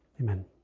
Amen